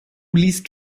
liest